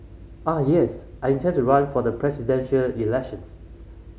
ah yes I intend to run for the presidential elections